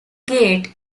gate